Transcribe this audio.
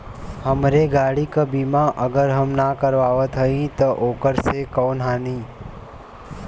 हमरे गाड़ी क बीमा अगर हम ना करावत हई त ओकर से कवनों हानि?